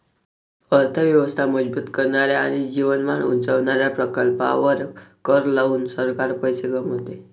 अर्थ व्यवस्था मजबूत करणाऱ्या आणि जीवनमान उंचावणाऱ्या प्रकल्पांवर कर लावून सरकार पैसे कमवते